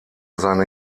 seine